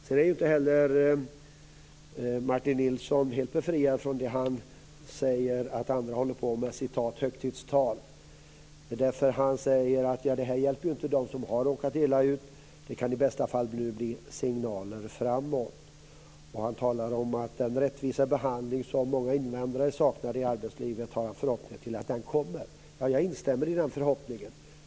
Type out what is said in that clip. Sedan är inte heller Martin Nilsson helt befriad från det han säger att andra håller på med, "högtidstal". Han säger att det inte hjälper dem som har råkat illa ut. I bästa fall kan det bli signaler framåt. Han talar om den rättvisa behandling som många invandrare saknar i arbetslivet och har förhoppningen att den kommer. Jag instämmer i den förhoppningen.